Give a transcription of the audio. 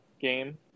game